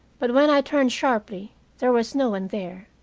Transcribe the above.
but when i turned sharply there was no one there,